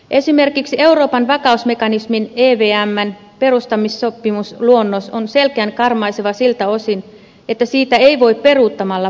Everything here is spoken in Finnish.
esimerkiksi euroopan vakausmekanismin evmn perustamissopimusluonnos on selkeän karmaiseva siltä osin että siitä ei voi peruuttamalla poistua